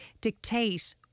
dictate